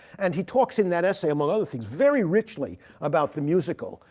and he talks in that essay, among other things, very richly about the musical,